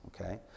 okay